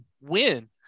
win